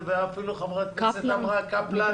ואפילו חברת הכנסת עטיה שיבחה את קפלן,